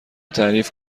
تعریف